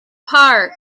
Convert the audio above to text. park